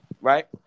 Right